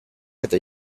eta